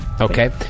Okay